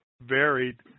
varied